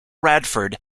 radford